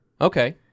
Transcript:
okay